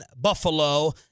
Buffalo